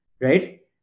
right